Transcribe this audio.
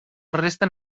resten